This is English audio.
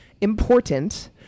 important